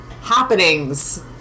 happenings